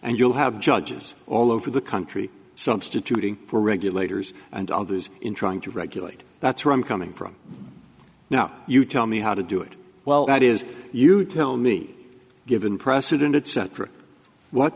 and you'll have judges all over the country substituting for regulators and others in trying to regulate that's where i'm coming from now you tell me how to do it well that is you tell me given precedent et